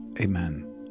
Amen